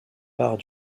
part